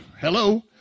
Hello